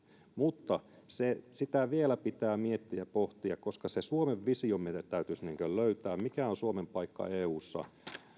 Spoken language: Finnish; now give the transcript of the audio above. mutta sitä vielä pitää miettiä ja pohtia koska se suomen visio meidän täytyisi löytää mikä on suomen paikka eussa